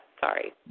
Sorry